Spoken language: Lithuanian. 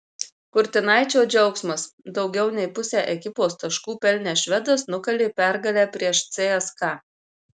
kurtinaičio džiaugsmas daugiau nei pusę ekipos taškų pelnęs švedas nukalė pergalę prieš cska